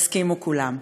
יסכימו כולם.